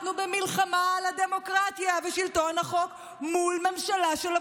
אנחנו במלחמה על הדמוקרטיה ושלטון החוק מול ממשלה של עבריינים,